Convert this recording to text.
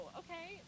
okay